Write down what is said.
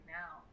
now